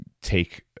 take